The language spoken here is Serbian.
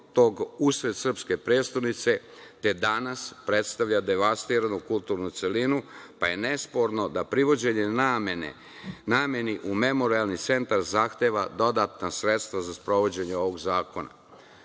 usred srpske prestonice, te danas predstavlja devastiranu kulturnu celinu, pa je nesporno da privođenje nameni u Memorijalni centar zahteva dodatna sredstva za sprovođenje ovog zakona. Srbiji